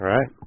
Right